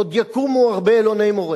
עוד יקומו הרבה אלוני-מורה.